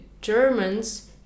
Germans